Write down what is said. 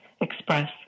express